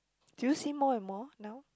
do you see more and more now